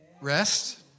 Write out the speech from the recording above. Rest